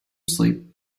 sleep